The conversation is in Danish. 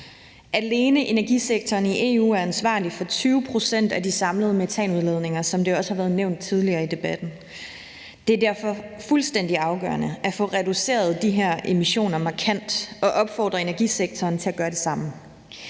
Alene energisektoren i EU er ansvarlig for 20 pct. af de samlede metanudledninger, som det også har været nævnt tidligere i debatten. Det er derfor fuldstændig afgørende at få reduceret de her emissioner markant og at opfordre energisektoren til at gøre det samme.